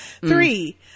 three